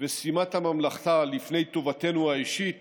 ושימת הממלכה לפני טובתנו האישית